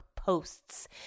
posts